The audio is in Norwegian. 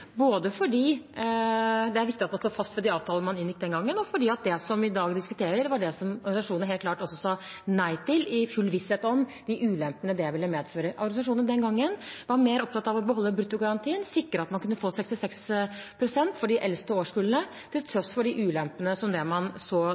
både fordi det er viktig at man står fast ved de avtalene man inngikk den gangen, og fordi det som i dag diskuteres, var det som organisasjonene helt klart sa nei til, i full visshet om de ulempene det ville medføre. Organisasjonene den gangen var mer opptatt av å beholde bruttogarantien og sikre at man kunne få 66 pst. for de eldste årskullene, til tross for de ulempene som man så det ville medføre. Det man